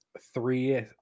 three